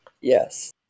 Yes